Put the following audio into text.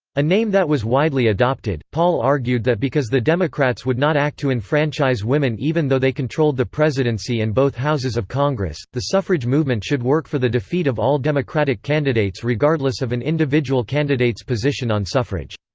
a name that was widely adopted paul argued that because the democrats would not act to enfranchise women even though they controlled the presidency and both houses of congress, the suffrage movement should work for the defeat of all democratic candidates regardless of an individual candidate's position on suffrage.